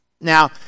Now